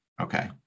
Okay